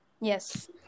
Yes